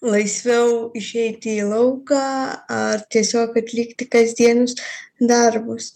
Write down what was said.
laisviau išeiti į lauką ar tiesiog atlikti kasdienius darbus